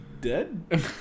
dead